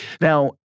Now